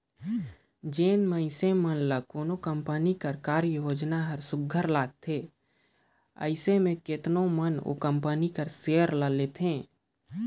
जेन मइनसे मन ल कोनो कंपनी कर कारयोजना हर सुग्घर लागथे अइसे में केतनो मन ओ कंपनी कर सेयर ल लेथे